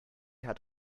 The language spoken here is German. hat